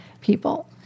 people